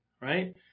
right